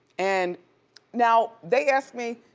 and now they asked me,